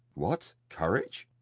what, courage?